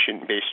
based